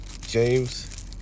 James